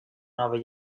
nova